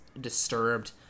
disturbed